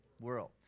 world